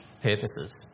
purposes